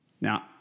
Now